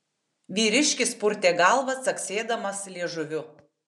vyriškis purtė galvą caksėdamas liežuviu